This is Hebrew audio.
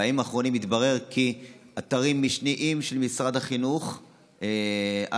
בימים האחרונים התברר כי אתרים משניים של משרד החינוך אגב,